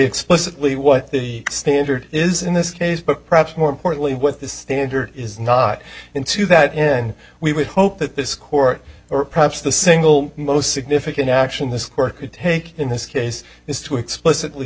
explicitly what the standard is in this case but perhaps more importantly what the standard is not in to that end we would hope that this court or perhaps the single most significant action this court could take in this case is to explicitly